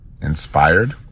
inspired